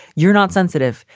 you're not sensitive.